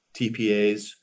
tpas